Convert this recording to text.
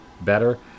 better